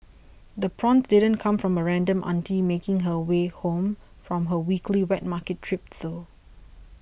the prawns didn't come from a random auntie making her way home from her weekly wet market trip though